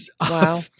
Wow